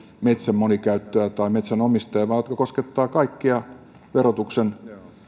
metsän monikäyttöä tai metsänomistajia vaan jotka koskettavat kaikkia verotuksen